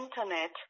internet